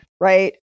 Right